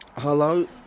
Hello